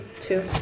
Two